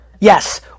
Yes